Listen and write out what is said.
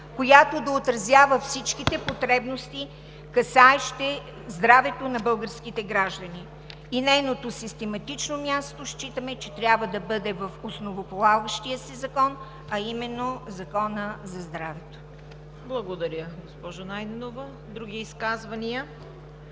която да отразява всичките потребности, касаещи здравето на българските граждани, и нейното систематично място считаме, че трябва да бъде в основополагащия закон, а именно в Закона за здравето. ПРЕДСЕДАТЕЛ ЦВЕТА КАРАЯНЧЕВА: Благодаря, госпожо Найденова. Други изказвания?